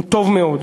הוא טוב מאוד.